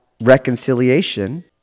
reconciliation